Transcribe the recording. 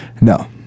No